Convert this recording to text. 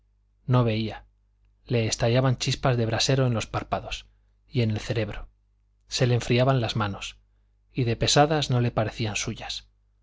no veía le estallaban chispas de brasero en los párpados y en el cerebro se le enfriaban las manos y de pesadas no le parecían suyas